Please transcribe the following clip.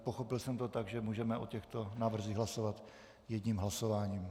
Pochopil jsem to tak, že můžeme o těchto návrzích hlasovat jedním hlasováním.